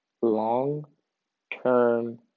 long-term